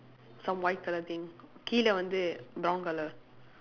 some white colour thing brown colour